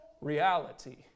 reality